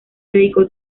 dedicó